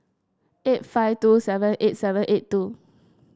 eight five two seven eight seven eight two